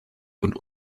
und